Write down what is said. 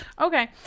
Okay